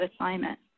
assignment